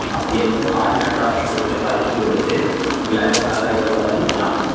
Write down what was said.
ہاں yes ma'am آج نا ٹرافیک بہت ہے بارش کی وجہ سے فلائی اوور سارا ادھر والا نا جام ہے